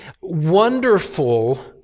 wonderful